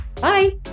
Bye